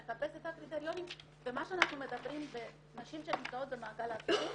הוא מחפש את הקריטריונים ומה שאנחנו מדברים בנשים שנמצאות במעגל הזנות,